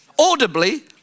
Audibly